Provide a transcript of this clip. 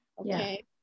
Okay